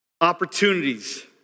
Opportunities